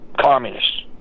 communist